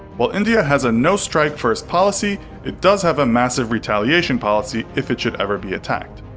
while india has a no strike first policy, it does have a massive retaliation policy if it should ever be attacked.